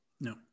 No